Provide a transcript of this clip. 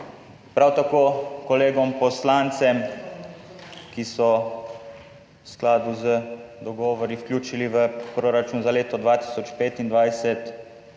prav tako kolegom poslancem, ki so v skladu z dogovori vključili v proračun za leto 2025